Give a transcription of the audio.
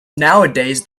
nowadays